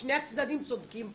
שני הצדדים צודקים פה,